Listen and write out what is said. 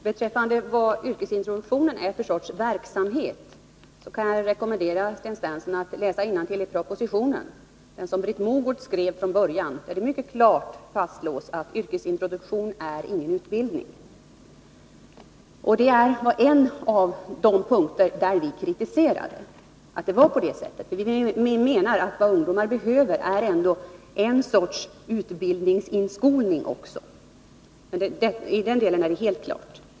Herr talman! Beträffande vad yrkesintroduktion är för verksamhet kan jag rekommendera Sten Svensson att läsa innantill i propositionen, den som Britt Mogård skrev. Där fastslås det mycket klart att yrkesintroduktionen inte är någon utbildning. Det är en av de punkter där vi kritiserade propositionen. Vi menar att vad ungdomar behöver är en sorts utbildningsinskolning.